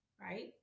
Right